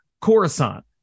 Coruscant